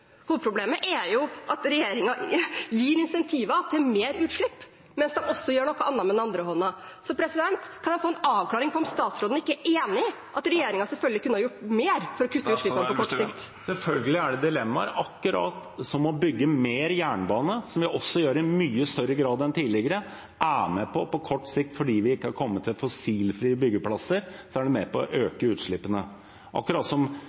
hovedproblemet er jo at regjeringen gir incentiver til mer utslipp mens den samtidig gjør noe annet med den andre hånden. Så kan jeg få en avklaring på om statsråden ikke er enig i at regjeringen selvfølgelig kunne ha gjort mer for å kutte utslippene på kort sikt? Selvfølgelig er det dilemmaer, som at det å bygge mer jernbane – som vi også gjør i mye større grad enn tidligere – er med på å øke utslippene på kort sikt fordi vi ikke har fått fossilfrie byggeplasser. Så